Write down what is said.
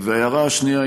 וההערה השנייה,